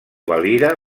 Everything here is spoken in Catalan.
valira